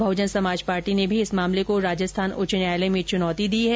Bahujan Samaj party ने भी इस मामले में राजस्थान उच्च न्यायालय में चुनौती दी है